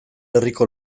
herriko